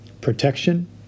protection